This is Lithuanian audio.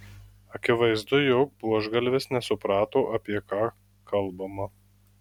akivaizdu jog buožgalvis nesuprato apie ką kalbama